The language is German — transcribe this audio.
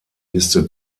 liste